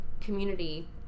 community